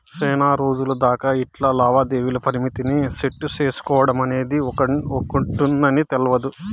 సేనారోజులు దాకా ఇట్లా లావాదేవీల పరిమితిని సెట్టు సేసుకోడమనేది ఒకటుందని తెల్వదు